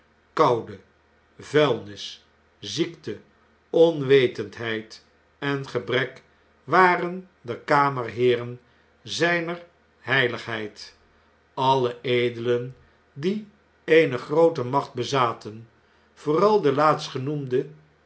koude vuilnis ziekte onwetendheid en gebrek waren de kamerheeren zjjner heiligheid alien edelen die eene groote macht bezaten vooral de